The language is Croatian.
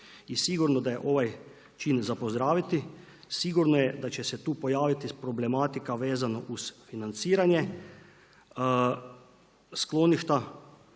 sigurno je da će se tu pojaviti problematika vezano uz financiranje skloništa,